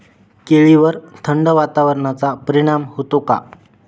केळीवर थंड वातावरणाचा परिणाम होतो का?